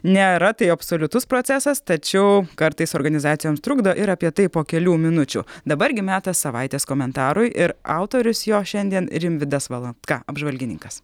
nėra tai absoliutus procesas tačiau kartais organizacijoms trukdo ir apie tai po kelių minučių dabar gi metas savaitės komentarui ir autorius jo šiandien rimvydas valatka apžvalgininkas